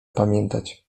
pamiętać